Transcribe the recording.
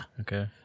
okay